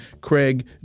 Craig